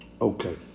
Okay